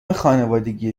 خانوادگی